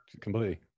completely